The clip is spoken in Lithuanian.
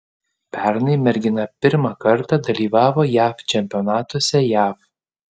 pernai mergina pirmą kartą dalyvavo jav čempionatuose jav